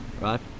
right